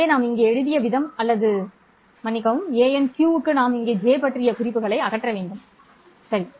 எனவே நாம் இங்கே எழுதிய விதம் அல்லது மன்னிக்கவும் anQ க்கு நாம் இங்கே j பற்றிய குறிப்புகளை அகற்ற வேண்டும் சரி